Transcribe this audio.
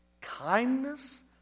kindness